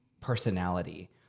personality